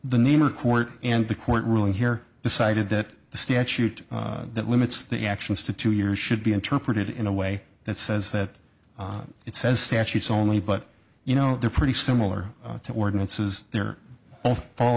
the name of court and the court ruling here decided that the statute that limits the actions to two years should be interpreted in a way that says that it says statutes only but you know they're pretty similar to ordinances they're all fall